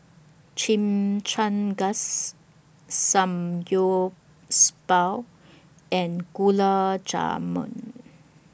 Chimichangas and Gulab Jamun